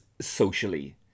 socially